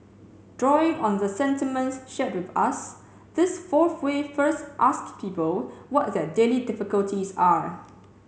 drawing on the sentiments shared with us this fourth way first ask people what their daily difficulties are